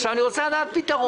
עכשיו אני רוצה לדעת פתרון.